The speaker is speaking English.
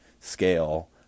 scale